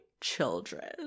children